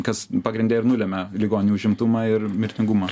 kas pagrinde ir nulemia ligoninių užimtumą ir mirtingumą